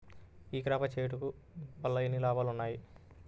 ఈ క్రాప చేయుట వల్ల ఎన్ని లాభాలు ఉన్నాయి?